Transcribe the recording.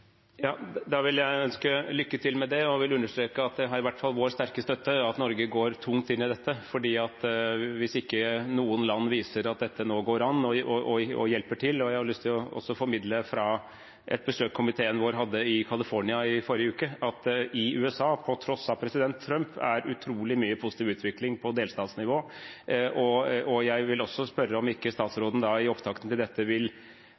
Da vil jeg ønske lykke til med det og understreke at det i hvert fall har vår sterke støtte at Norge går tungt inn i dette, for noen land må nå vise at det går an, og hjelpe til. Jeg har også lyst til å formidle fra et besøk komiteen vår hadde i California i forrige uke, at det i USA, på tross av president Trump, er utrolig mye positiv utvikling på delstatsnivå. Jeg vil også spørre om ikke statsråden, i opptakten til dette,